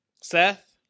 seth